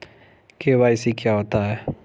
KYC क्या होता है?